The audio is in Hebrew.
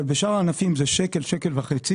אבל בשאר הענפים זה שקל, שקל וחצי